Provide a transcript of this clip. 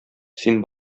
син